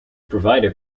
provider